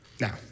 Now